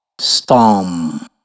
storm